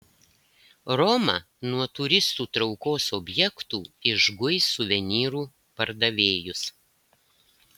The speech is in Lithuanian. roma nuo turistų traukos objektų išguis suvenyrų pardavėjus